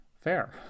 fair